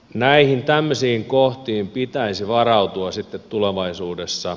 näihin tämmöisiin kohtiin pitäisi varautua sitten tulevaisuudessa